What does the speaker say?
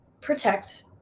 protect